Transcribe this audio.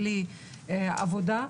בלי עבודה.